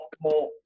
more